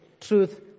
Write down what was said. truth